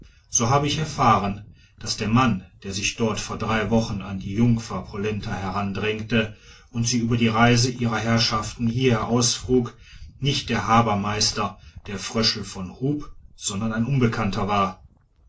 so habe ich erfahren daß der mann der sich dort vor drei wochen an die jungfer poletta herandrängte und sie über die reise ihrer herrschaft hierher ausfrug nicht der haberermeister der fröschel von hub sondern ein unbekannter war